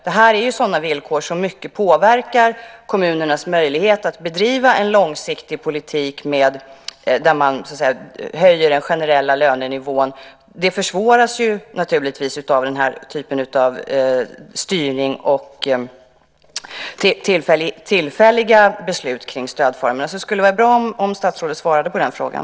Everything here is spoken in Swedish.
Det här handlar ju om villkor som starkt påverkar kommunernas möjligheter att bedriva en långsiktig politik där man höjer den generella lönenivån. De möjligheterna försvåras naturligtvis av den här typen av styrning och tillfälliga beslut kring stödformerna. Det skulle alltså vara bra om statsrådet svarade på den frågan.